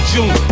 June